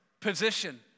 position